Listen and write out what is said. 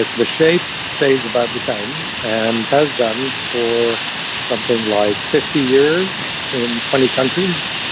the shape stays about the same and has done for something like fifty years in twenty countries,